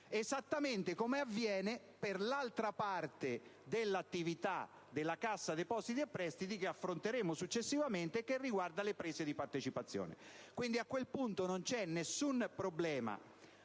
esattamente come avviene per l'altra parte dell'attività della Cassa depositi e prestiti, che affronteremo successivamente e che riguarda le prese di partecipazione. Quindi, non c'è nessun problema